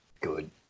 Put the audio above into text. good